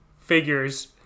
figures